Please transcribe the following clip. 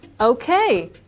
Okay